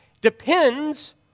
depends